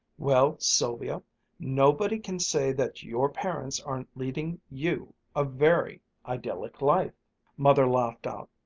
well, sylvia nobody can say that your parents aren't leading you a very idyllic life mother laughed out.